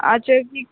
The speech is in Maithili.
अच्छा